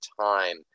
time